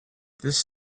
this